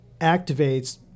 activates